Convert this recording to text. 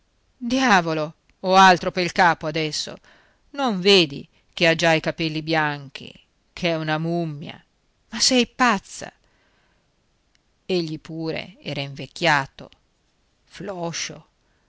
diavolo ho altro pel capo adesso non vedi che ha già i capelli bianchi ch'è una mummia sei pazza egli pure era invecchiato floscio